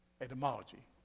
etymology